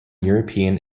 european